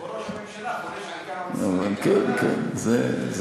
כבוד ראש הממשלה חושב שאתה --- כן, כן, זה המצב.